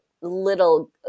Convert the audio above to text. little